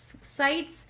sites